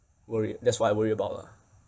worry that's what I worry about lah